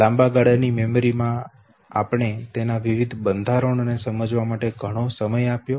લાંબા ગાળા ની મેમરી માં આપણે તેના વિવિધ બંધારણોને સમજવા માટે ઘણો સમય આપ્યો